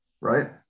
Right